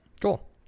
Cool